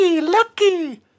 lucky